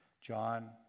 John